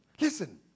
Listen